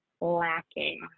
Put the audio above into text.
lacking